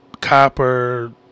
copper